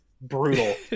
brutal